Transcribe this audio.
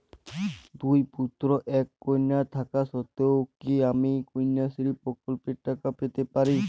দুই পুত্র এক কন্যা থাকা সত্ত্বেও কি আমি কন্যাশ্রী প্রকল্পে টাকা পেতে পারি?